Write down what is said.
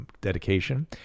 dedication